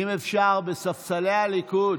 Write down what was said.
אם אפשר בספסלי הליכוד,